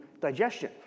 digestion